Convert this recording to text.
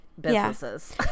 businesses